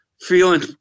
feeling